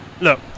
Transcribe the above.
look